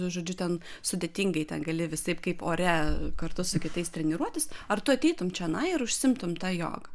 žodžiu ten sudėtingai ten gali visaip kaip ore kartu su kitais treniruotis ar tu ateitum čionai ir užsiimtum ta joga